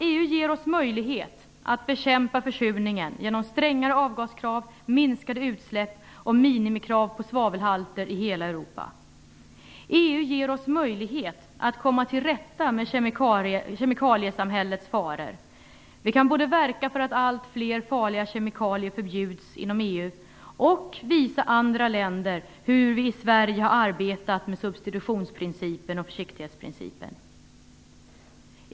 EU ger oss möjlighet att bekämpa försurningen genom strängare avgaskrav, minskade utsläpp och minimikrav på svavelhalter i hela Europa. EU ger oss möjlighet att komma till rätta med kemikaliesamhällets faror. Vi kan både verka för att allt fler farliga kemikalier förbjuds inom EU och visa andra länder hur vi i Sverige har arbetat med substitutionsprincipen och försiktighetsprincipen.